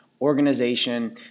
organization